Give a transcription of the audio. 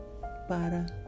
para